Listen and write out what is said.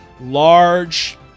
large